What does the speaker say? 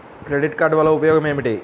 Credit card వల్ల ఉపయోగం ఏమిటీ?